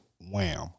Wham